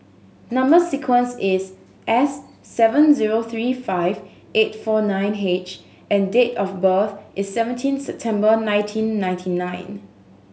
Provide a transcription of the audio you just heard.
number sequence is S seven zero three five eight four nine H and date of birth is seventeen September nineteen ninety nine